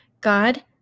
God